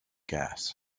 gas